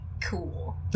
Cool